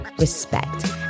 respect